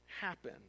happen